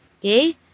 Okay